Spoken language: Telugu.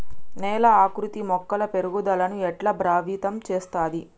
నేల ఆకృతి మొక్కల పెరుగుదలను ఎట్లా ప్రభావితం చేస్తది?